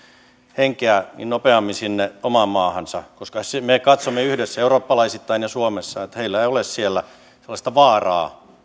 henkeä nopeammin sinne omaan maahansa koska me katsomme yhdessä eurooppalaisittain ja suomessa että heillä ei ole siellä sellaista vaaraa